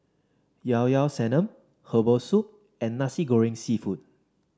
Llao Llao Sanum Herbal Soup and Nasi Goreng seafood